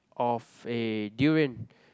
of a durian